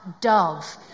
dove